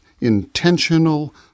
intentional